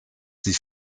sie